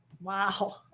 Wow